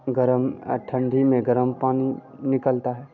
गर्म ठंडी में गर्म पानी निकलता है